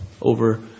over